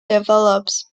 develops